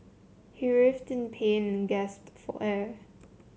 he writhed in pain and gasped for air